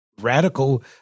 radical